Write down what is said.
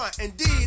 Indeed